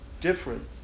different